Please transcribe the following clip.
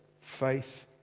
Faith